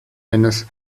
eines